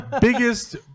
biggest